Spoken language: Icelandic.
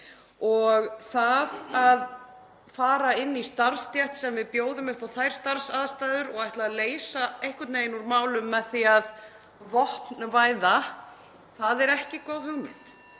bág. Það að fara inn í starfsstétt þar sem við bjóðum upp á slíkar starfsaðstæður og ætla að leysa einhvern veginn úr málum með því að vopnavæða er ekki góð hugmynd.